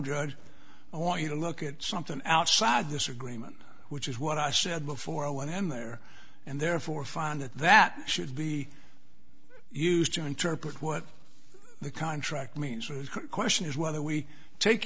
drugs i want you to look at something outside this agreement which is what i said before i went in there and therefore find that that should be used to interpret what the contract means question is whether we take